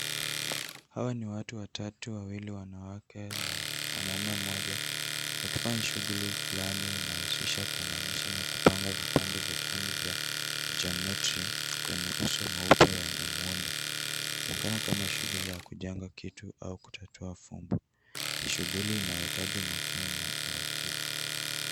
Hawa ni watu watatu wawili wanawake na mwanaume mmoja. Wakifanya shughuli fulani inahusisha kuunganisha na kupanga vipande vya kuni vya kijiometri kwenye uso mweupe mwenye muundo. Inaonekana kama shughuli ya kujenga kitu au kutatau fomu. Ni shughuli inayohitaji na umakini na uraatiba.